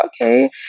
okay